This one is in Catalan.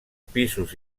pisos